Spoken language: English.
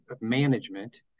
management